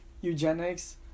eugenics